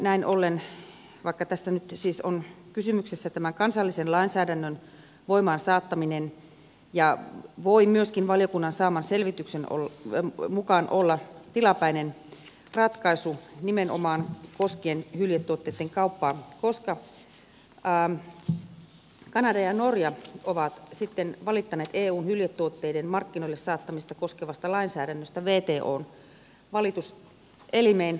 näin ollen vaikka tässä nyt siis on kysymyksessä tämän kansallisen lainsäädännön voimaansaattaminen voi myöskin valiokunnan saaman selvityksen mukaan olla kyseessä tilapäinen ratkaisu nimenomaan koskien hyljetuotteitten kauppaa koska kanada ja norja ovat valittaneet eun hyljetuotteiden markkinoille saattamista koskevasta lainsäädännöstä wton valituselimeen